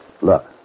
Look